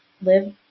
live